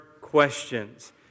questions